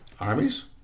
Armies